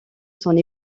son